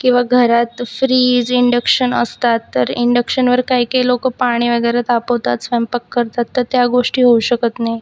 किंवा घरात fridge induction असतात तर इंडक्शनवर काही काही लोक पाणी वगैरे तापवतात स्वयंपाक करतात तर त्या गोष्टी होऊ शकत नाही